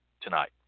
tonight